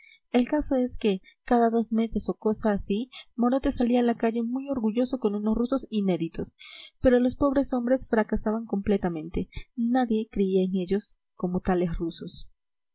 el caso es que cada dos meses o cosa así morote salía a la calle muy orgulloso con unos rusos inéditos pero los pobres hombres fracasaban completamente nadie creía en ellos como